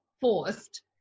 forced